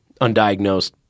undiagnosed